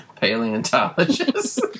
paleontologist